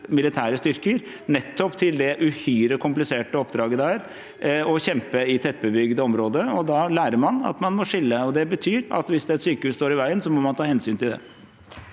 militære styrker til det uhyre kompliserte oppdraget det er å kjempe i tettbebygde områder. Da lærer man at man må skille, og det betyr at hvis et sykehus står i veien, må man ta hensyn til det.